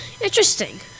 interesting